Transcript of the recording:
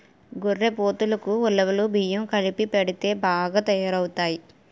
గొర్రెపోతులకి ఉలవలు బియ్యం కలిపెడితే బాగా తయారవుతాయి